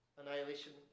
annihilation